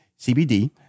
CBD